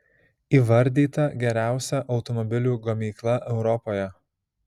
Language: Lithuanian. įvardyta geriausia automobilių gamykla europoje